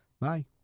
Bye